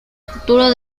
futuro